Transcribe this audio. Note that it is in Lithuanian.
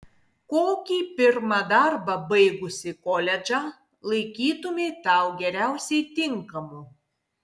kokį pirmą darbą baigusi koledžą laikytumei tau geriausiai tinkamu